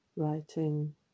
Writing